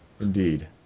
Indeed